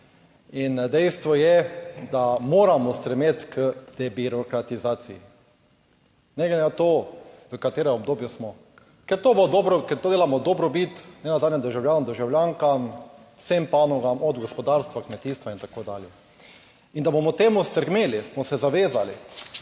in dejstvo je, da moramo stremeti k debirokratizaciji, ne glede na to v katerem obdobju smo, ker to bo dobro, ker to delamo v dobrobit nenazadnje državljanom, državljankam vsem panogam, od gospodarstva, kmetijstva in tako dalje. In da bomo temu stremeli, smo se zavezali,